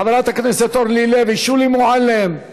חברות הכנסת אורלי לוי ושולי מועלם-רפאלי,